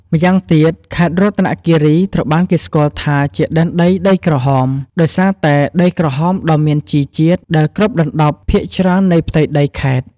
ម្យ៉ាងទៀត ខេត្តរតនគិរីត្រូវបានគេស្គាល់ថាជា "ដែនដីដីក្រហម" ដោយសារតែ ដីក្រហមដ៏មានជីជាតិ ដែលគ្របដណ្ដប់ភាគច្រើននៃផ្ទៃដីខេត្ត។